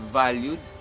valued